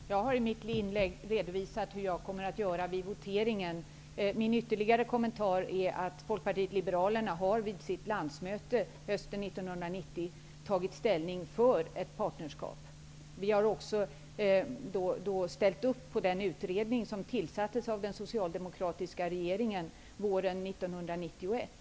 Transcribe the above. Fru talman! Jag har i mitt inlägg redovisat hur jag kommer att göra vid voteringen. Min ytterligare kommentar är att Folkpartiet liberalerna vid sitt landsmöte hösten 1990 tog ställning för ett partnerskap. Vi har också ställt upp på den utredning som tillsattes av den socialdemokratiska regeringen våren 1991.